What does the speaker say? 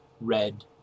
red